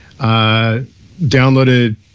downloaded